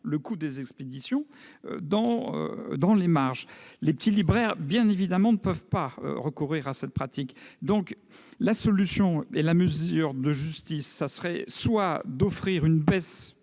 le coût des expéditions dans ces marges. Les petits libraires, bien évidemment, ne peuvent pas recourir à cette pratique. Une mesure de justice serait soit d'offrir une baisse